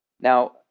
Now